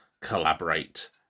collaborate